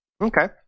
okay